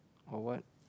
or what